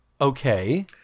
Okay